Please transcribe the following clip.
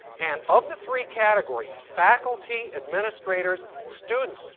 and of the three categories, faculty, administrators, students,